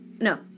no